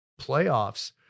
playoffs